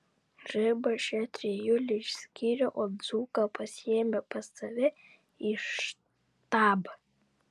žaibas šią trijulę išskyrė o dzūką pasiėmė pas save į štabą